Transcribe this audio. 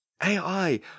AI